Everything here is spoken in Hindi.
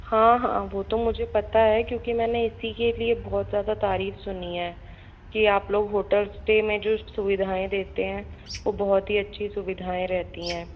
हाँ हाँ वो तो मुझे पता है क्योंकि मैंने इसी के लिए बहुत ज़्यादा तारीफ सुनी है की आप लोग होटल स्टे जो सुविधाएं देते हैं तो वो बहुत अच्छी सुविधाएं रहती हैं